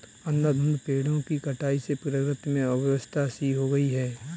अंधाधुंध पेड़ों की कटाई से प्रकृति में अव्यवस्था सी हो गई है